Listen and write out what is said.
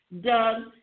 done